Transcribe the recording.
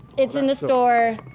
it's in the store.